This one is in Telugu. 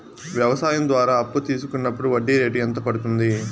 వ్యవసాయం ద్వారా అప్పు తీసుకున్నప్పుడు వడ్డీ రేటు ఎంత పడ్తుంది